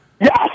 Yes